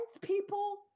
people